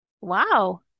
wow